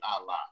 Allah